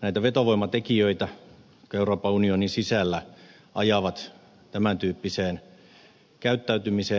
näitä vetovoimatekijöitä jotka euroopan unionin sisällä ajavat tämän tyyppiseen käyttäytymiseen